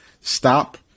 stop